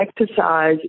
exercise